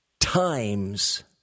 Times